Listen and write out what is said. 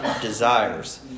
desires